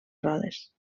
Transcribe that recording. rodes